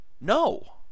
No